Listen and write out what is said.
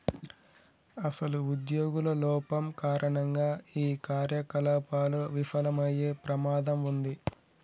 అసలు ఉద్యోగుల లోపం కారణంగా ఈ కార్యకలాపాలు విఫలమయ్యే ప్రమాదం ఉంది